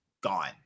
gone